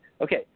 Okay